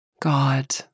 God